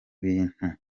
bintu